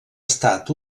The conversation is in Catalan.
estat